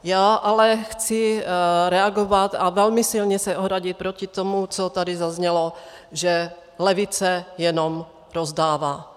Já ale chci reagovat a velmi silně se ohradit proti tomu, co tady zaznělo, že levice jenom rozdává.